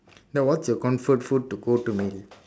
then what's your comfort food to go to meal